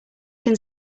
can